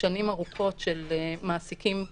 שנים ארוכות של מעסיקים פרטיים,